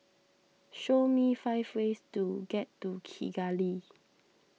show me five ways to get to Kigali